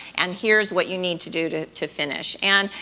and here's what you need to do to to finish. and,